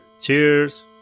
Cheers